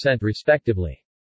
respectively